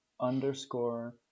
underscore